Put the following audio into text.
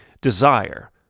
desire